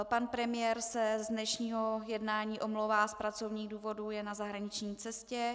Pan premiér se z dnešního jednání omlouvá z pracovních důvodů, je na zahraniční cestě.